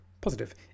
positive